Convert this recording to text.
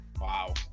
Wow